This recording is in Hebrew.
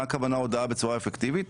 מה הכוונה הודעה בצורה אפקטיבית?